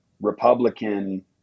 Republican